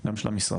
גם של המשרד,